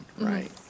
right